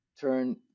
turn